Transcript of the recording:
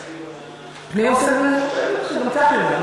פנים זה הוועדה שעוסקת בזה.